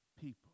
people